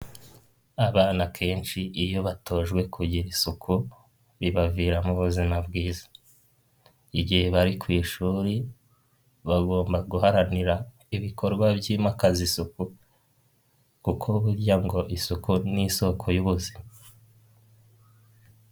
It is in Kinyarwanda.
Abana kenshi iyo batojwe kugira isuku, bibaviramo ubuzima bwiza, igihe bari ku ishuri bagomba guharanira ibikorwa byimakaza isuku, kuko burya ngo isuku ni isoko y'ubuzima.